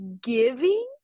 giving